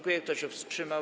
Kto się wstrzymał?